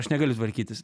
aš negaliu tvarkytis